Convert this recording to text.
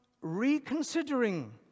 reconsidering